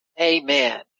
Amen